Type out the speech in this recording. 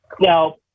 now